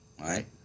right